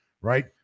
right